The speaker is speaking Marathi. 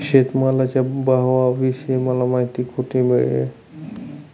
शेतमालाच्या भावाविषयी मला माहिती कोठे मिळेल?